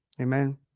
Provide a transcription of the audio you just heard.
Amen